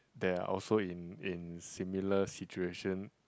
they're also in in similar situation